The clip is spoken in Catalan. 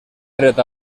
dret